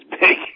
big